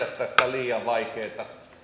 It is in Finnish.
liian vaikeata